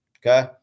Okay